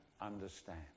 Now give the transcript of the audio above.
understand